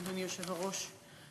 אדוני היושב-ראש,